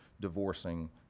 divorcing